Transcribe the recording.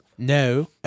No